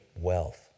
wealth